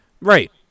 Right